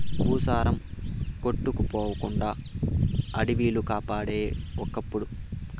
భూసారం కొట్టుకుపోకుండా అడివిలు కాపాడేయి ఒకప్పుడు